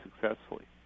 successfully